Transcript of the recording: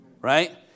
Right